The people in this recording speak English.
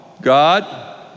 God